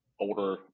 older